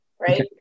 right